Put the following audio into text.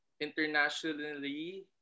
internationally